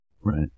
Right